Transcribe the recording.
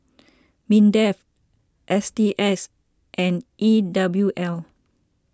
Minds S T S and E W L